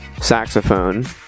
saxophone